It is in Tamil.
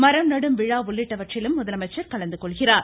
மரம் நடும் விழா உள்ளிட்டவற்றிலும் முதலமைச்சர் கலந்துகொள்கிறார்